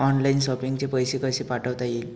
Online shopping चे पैसे कसे पाठवता येतील?